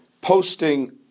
posting